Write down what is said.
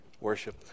worship